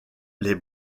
les